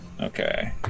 Okay